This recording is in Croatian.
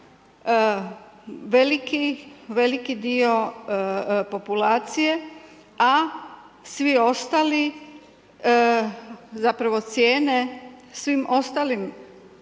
veliki dio populacije a svi ostali zapravo cijene svim ostalim